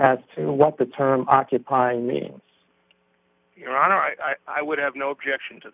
as to what the term occupying means i would have no objection to